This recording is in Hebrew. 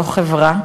ללא חברה,